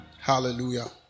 Hallelujah